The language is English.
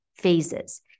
phases